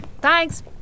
Thanks